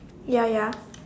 ya ya